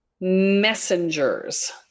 messengers